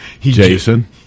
Jason